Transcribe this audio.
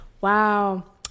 Wow